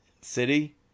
city